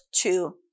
two